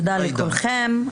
תודה לכולכם.